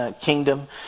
kingdom